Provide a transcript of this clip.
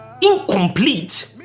incomplete